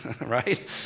right